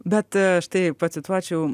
bet štai pacituočiau